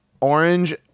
orange